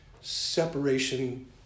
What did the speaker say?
separation